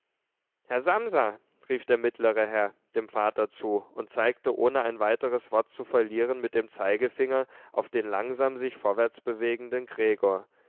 herr samsa rief der mittlere herr dem vater zu und zeigte ohne ein weiteres wort zu verlieren mit dem zeigefinger auf den langsam sich vorwärtsbewegenden gregor